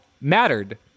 mattered